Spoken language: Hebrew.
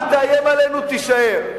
אל תאיים עלינו, תישאר.